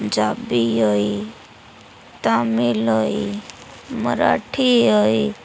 पंजाबी होई तामिल होई मराठी होई